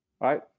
right